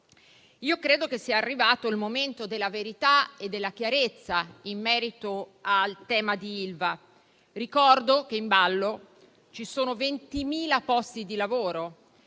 Io credo che sia arrivato il momento della verità e della chiarezza in merito al tema di Ilva. Ricordo che in ballo ci sono 20.000 posti di lavoro.